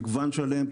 מגוון שלם.